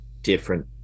different